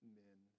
men